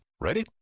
Ready